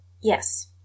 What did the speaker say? Yes